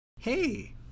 Hey